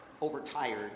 overtired